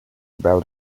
about